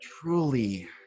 Truly